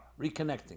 reconnecting